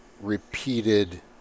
repeated